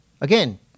again